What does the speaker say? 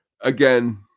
again